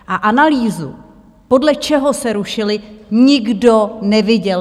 A analýzu, podle čeho se rušily, nikdo neviděl.